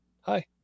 hi